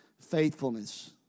faithfulness